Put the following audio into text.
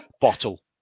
Bottle